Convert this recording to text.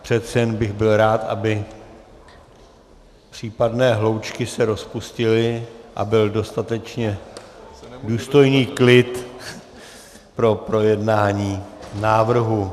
Přece jen bych byl rád, aby případné hloučky se rozpustily a byl dostatečně důstojný klid pro projednání návrhu.